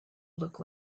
look